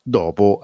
dopo